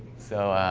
so